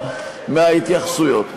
מההתייחסויות.